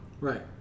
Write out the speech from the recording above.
Right